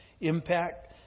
impact